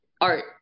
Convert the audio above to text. art